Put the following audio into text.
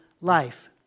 life